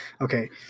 Okay